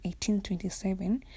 1827